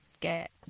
get